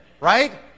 right